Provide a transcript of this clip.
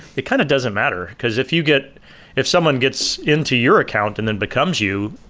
it kind of doesn't matter, because if you get if someone gets into your account and then becomes you,